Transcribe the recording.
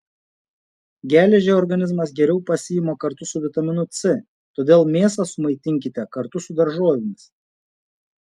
geležį organizmas geriau pasiima kartu su vitaminu c todėl mėsą sumaitinkite kartu su daržovėmis